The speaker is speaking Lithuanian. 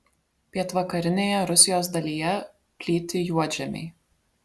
pietvakarinėje rusijos dalyje plyti juodžemiai